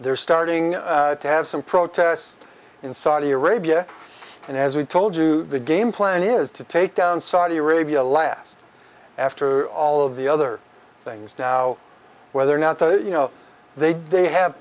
they're starting to have some protests in saudi arabia and as we told you the game plan is to take down saudi arabia last after all of the other things now whether or not you know they do they have